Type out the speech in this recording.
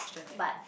but